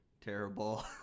terrible